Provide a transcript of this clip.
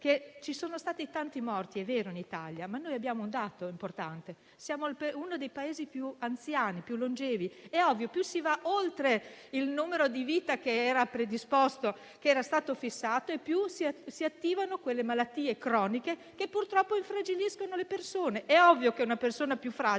ci sono stati tanti morti in Italia - è vero -ma abbiamo un dato importante: siamo uno dei Paesi con la popolazione più anziana e più longeva. È ovvio che più si va oltre il numero di vita che era predisposto e che era stato fissato e più si attivano quelle malattie croniche che purtroppo infragiliscono le persone. È ovvio che una persona più fragile